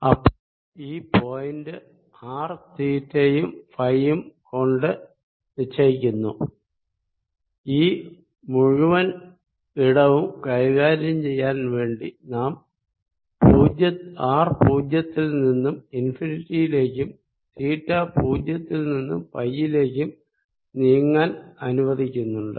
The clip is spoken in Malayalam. അപ്പോൾ ഈ പോയിന്റ് ആർ തീറ്റ യും ഫൈയും കൊണ്ട് നിശ്ചയിക്കുന്നു ഈ മുഴുവൻ ഇടവും കൈകാര്യം ചെയ്യാൻ വേണ്ടി നാം ആർ പൂജ്യത്തിൽ നിന്നും ഇൻഫിനിറ്റിയിലേക്കും തീറ്റ പൂജ്യത്തിൽ നിന്നും പൈയിലേക്കും നീങ്ങാൻ അനുവദിക്കുന്നുണ്ട്